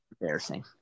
embarrassing